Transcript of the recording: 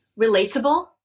relatable